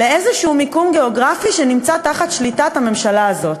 לאיזה מקום גיאוגרפי שנמצא תחת שליטת הממשלה הזאת.